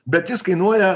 bet jis kainuoja